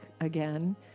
again